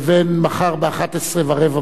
לבין מחר ב-11:15,